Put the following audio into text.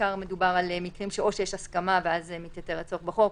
בעיקר מדובר על מקרים או שיש הסכמה ואז מתייתר הצורך בחוק,